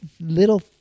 little